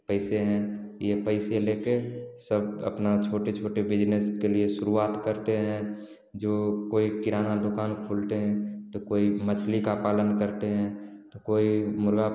जो पैसे है यह पैसे लेकर सब अपना छोटे छोटे बिजनेस के लिए शुरुआत करते हैं जो कोई किराना दुकान खोलते हैं तो कोई मछली का पालन करते हैं तो कोई मुर्गा